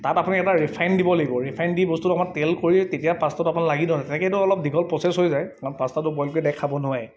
তাত আপুনি এটা ৰিফাইণ্ড দিব লাগিব ৰিফাইণ্ড দি বস্তুটো অকণমান তেল কৰি তেতিয়া পাষ্টাটো আপুনি লাগি নধৰে তেনেকৈতো অলপ দীঘল প্ৰচেছ হৈ যায় কাৰণ পাষ্টাটো বইল কৰি ডাইৰেক্ট খাব নোৱাৰে